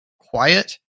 quiet